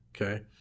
okay